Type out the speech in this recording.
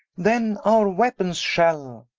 then our weapons shal